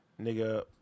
nigga